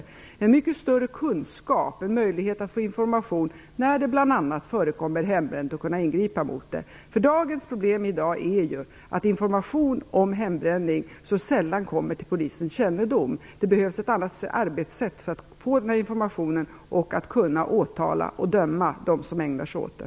Polisen får mycket större kunskap och möjlighet att få information när det bl.a. förekommer hembränt och kan då ingripa mot det. Problemet i dag är att information om hembränning så sällan kommer till polisens kännedom. Det behövs ett annat arbetssätt för att få den informationen och kunna åtala och döma de som ägnar sig åt det.